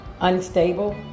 unstable